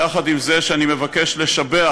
יחד עם זה, אני מבקש לשבח